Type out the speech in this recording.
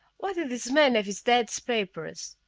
why did this man have his dad's papers?